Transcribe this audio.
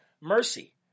mercy